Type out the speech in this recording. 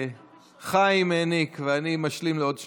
חיים העניק, ואני משלים עוד שתיים.